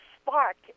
spark